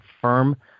firm